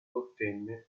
ottenne